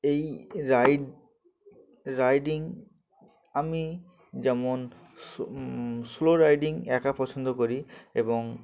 এই ride riding আমি যেমন সোলো রাইডিং একা পছন্দ করি এবং